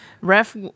Ref